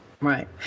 Right